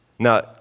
Now